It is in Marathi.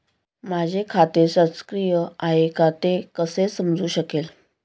माझे खाते सक्रिय आहे का ते कसे समजू शकेल?